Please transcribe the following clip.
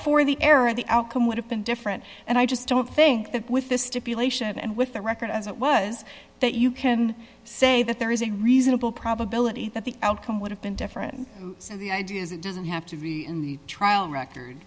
for the error the outcome would have been different and i just don't think that with this stipulation and with the record as it was that you can say that there is a reasonable probability that the outcome would have been different the idea is it doesn't have to be in the trial record